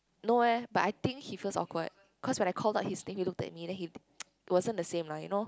no eh I but think he feels awkward cause when I call out his name he looked at me then he it's wasn't the same lah you know